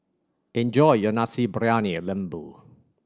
enjoy your Nasi Briyani Lembu